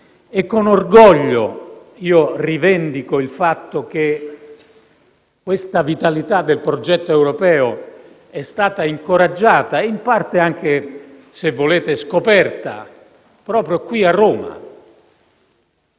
E con orgoglio io rivendico il fatto che questa vitalità del progetto europeo è stata incoraggiata e in parte anche, se volete, scoperta proprio qui a Roma,